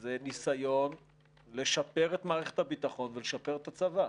זה ניסיון לשפר את מערכת הביטחון ולשפר את הצבא.